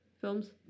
films